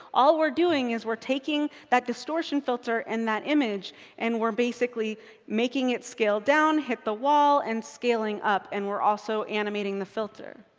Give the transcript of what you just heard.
all we're doing is we're taking that distortion filter and that image, and we're basically making it scale down, hit the wall, and scaling up, and we're also animating the filter.